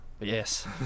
Yes